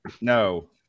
No